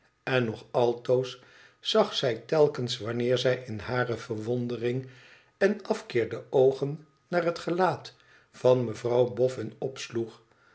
en nog altoos zag zij telkens wanneer zij in hare verwondering en afkeer de oogen naar het gelaat van mevrouw boffin opsloeg